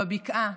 בבקעה,